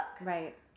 Right